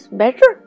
better